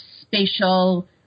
spatial